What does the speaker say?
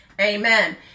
Amen